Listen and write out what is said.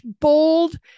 bold